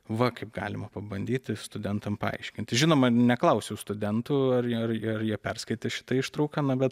va kaip galima pabandyti studentam paaiškinti žinoma neklausiau studentų ar ar ar jie perskaitė šitą ištrauką na bet